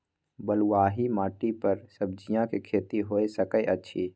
बलुआही माटी पर सब्जियां के खेती होय सकै अछि?